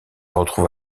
retrouve